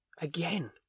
again